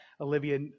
Olivia